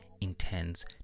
intends